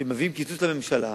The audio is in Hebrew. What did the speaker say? שכשמביאים קיצוץ לממשלה,